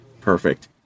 Perfect